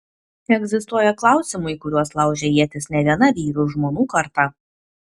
egzistuoja klausimų į kuriuos laužė ietis ne viena vyrų ir žmonų karta